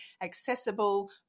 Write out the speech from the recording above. accessible